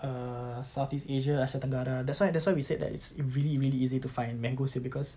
uh southeast asia asia tenggara that's why that's why we said that it's really really easy to find mangoes here because